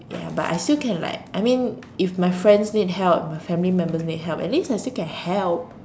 ya but I still can like I mean if my friends need help my family members need help at least I still can help